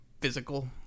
physical